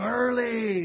early